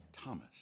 Thomas